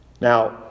Now